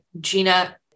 Gina